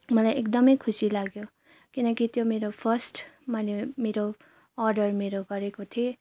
मलाई एकदमै खुसी लाग्यो किनकि त्यो मेरो फर्स्ट मैले मेरो अर्डर मेरो गरेको थिएँ